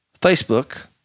Facebook